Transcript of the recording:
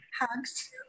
Hugs